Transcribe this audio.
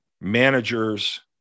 managers